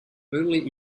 only